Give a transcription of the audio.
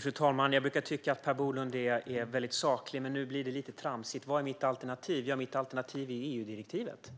Fru talman! Jag brukar tycka att Per Bolund är väldigt saklig, men nu blir det lite tramsigt. Vad är mitt alternativ? Mitt alternativ är EU-direktivet.